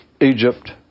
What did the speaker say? Egypt